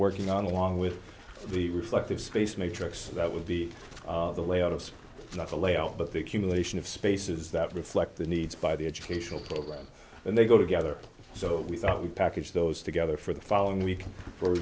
working on along with the reflective space matrix that will be the layout of not the layout but the accumulation of spaces that reflect the needs by the educational program and they go together so we thought we package those together for the following week for